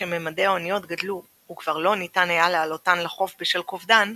כשממדי האוניות גדלו וכבר לא ניתן היה להעלותן לחוף בשל כובדן,